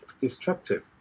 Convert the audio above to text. destructive